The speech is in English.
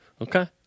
Okay